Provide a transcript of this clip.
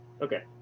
Okay